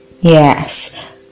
Yes